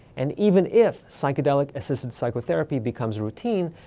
and even if psychedelic-assisted psychotherapy becomes routine,